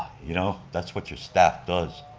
you know that's what your staff does,